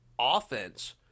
offense